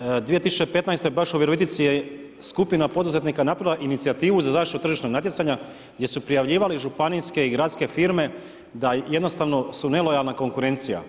2015. baš u Virovitici je skupina poduzetnika napravila inicijativu za zaštitu tržišnog natjecanja, gdje su prijavljivali županijske i gradske firme da jednostavno su nelojalna konkurencija.